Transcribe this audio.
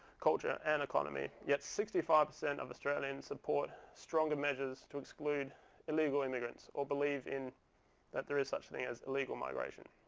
culture, and economy. yet sixty five percent of australians support stronger measures to exclude illegal immigrants or believe that there is such a thing as illegal migration.